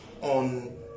on